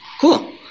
Cool